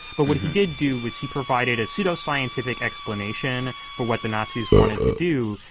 but what he did do was he provided a pseudo-scientific explanation for what the nazis wanted to do.